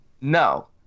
No